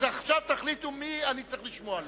עכשיו תחליטו למי אני צריך לשמוע,